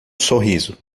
sorriso